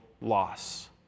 loss